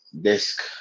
desk